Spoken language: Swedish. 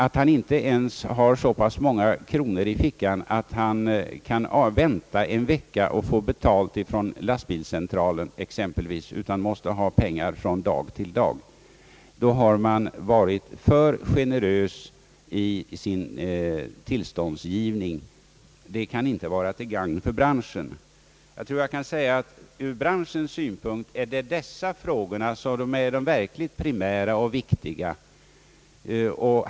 När han inte ens har så pass många kronor i fickan att han kan vänta en vecka med att få betalt från lastbilscentralen exempelvis, utan måste ha pengar från dag till dag, då har man varit alltför generös i sin tillståndsgivning. Det kan inte vara till gagn för branschen. Ur branschens synpunkt är det dessa frågor som är de verkligt primära och viktiga.